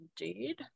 indeed